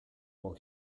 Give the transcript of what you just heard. will